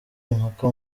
impaka